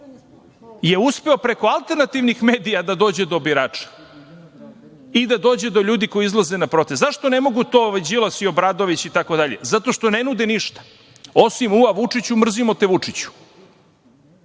je uspeo preko alternativnih medija da dođe do birača i da dođe do ljudi koji izlaze na proteste.Zašto ne mogu to Đilas i Obradović itd? Zato što ne nude ništa, osim – ua Vučiću, mrzimo te Vučiću.